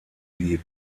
die